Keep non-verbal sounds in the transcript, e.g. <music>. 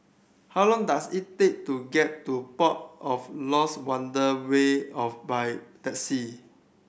how long does it take to get to Port of Lost Wonder <unintelligible> of by taxi